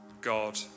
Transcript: God